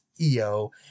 EO